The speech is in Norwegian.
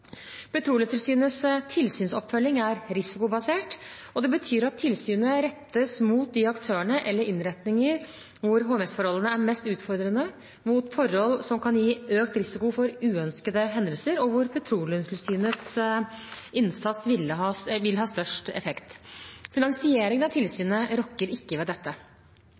tilsynsoppfølging er risikobasert, og det betyr at tilsynet rettes mot de aktører eller innretninger hvor HMS-forholdene er mest utfordrende, mot forhold som kan gi økt risiko for uønskede hendelser, og hvor Petroleumstilsynets innsats vil ha størst effekt. Finansieringen av tilsynet rokker ikke ved dette.